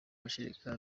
mashereka